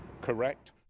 correct